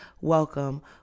welcome